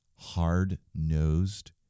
Hard-nosed